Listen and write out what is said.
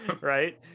right